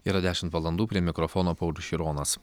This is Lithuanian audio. yra dešimt valandų prie mikrofono paulius šironas